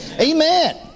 Amen